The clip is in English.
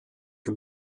can